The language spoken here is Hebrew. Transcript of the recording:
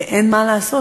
ואין מה לעשות,